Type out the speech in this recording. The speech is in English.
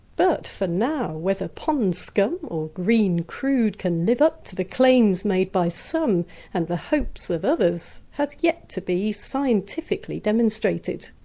but, for now, whether pond scum or green crude can live up to the claims made by some and the hopes of others has yet to be scientifically demonstrated.